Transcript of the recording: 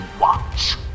watch